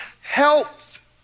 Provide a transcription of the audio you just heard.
health